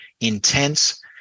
intense